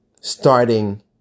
starting